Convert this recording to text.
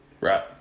Right